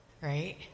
right